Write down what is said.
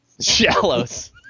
shallows